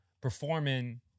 performing